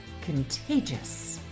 contagious